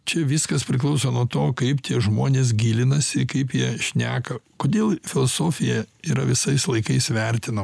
čia viskas priklauso nuo to kaip tie žmonės gilinasi kaip jie šneka kodėl filosofija yra visais laikais vertino